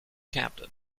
captain